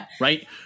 Right